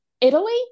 Italy